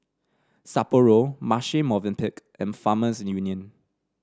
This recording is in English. Sapporo Marche Movenpick and Farmers Union